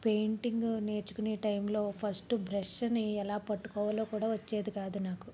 painting నేర్చుకునే టైంలో first బ్రష్ని ఎలా పట్టుకోవాలో కూడా వచ్చేది కాదు నాకు